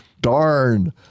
Darn